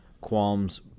qualms